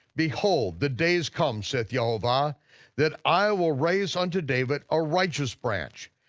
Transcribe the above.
behold, the days come saith yehovah that i will raise unto david a righteous branch,